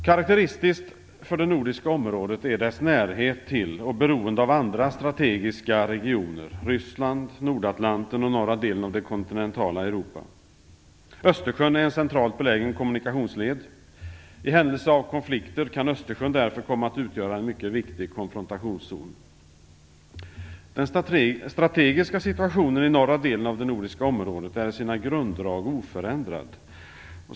Karakteristiskt för det nordiska området är dess närhet till och beroende av andra strategiska regioner - Ryssland, Nordatlanten och norra delen av det kontinentala Europa. Östersjön är en centralt belägen kommunikationsled. I händelse av konflikter kan Östersjön därför komma att utgöra en mycket viktig konfrontationszon. Den strategiska situationen i norra delen av det nordiska området är i sina grunddrag oförändrad.